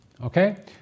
Okay